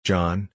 John